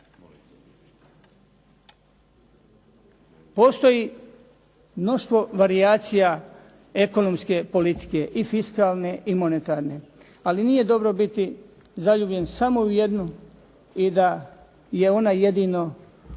Postoji mnoštvo varijacija ekonomske politike i fiskalne i monetarne, ali nije dobro biti zaljubljen samo u jednu i da je ona jedino